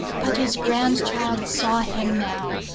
but his grandchild saw him now,